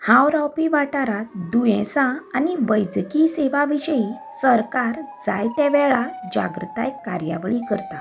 हांव रावपी वाठारांत दुयेंसा आनी वैजकी सेवा विशयी सरकार जायते वेळार जागृताय कार्यावळी करता